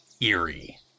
eerie